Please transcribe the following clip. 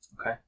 Okay